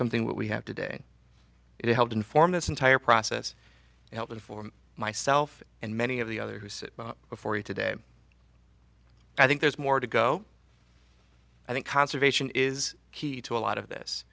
something that we have today it helped inform this entire process to help inform myself and many of the other who sit before you today i think there's more to go i think conservation is key to a lot of this